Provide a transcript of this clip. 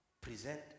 present